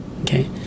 okay